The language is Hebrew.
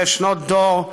זה שנות דור,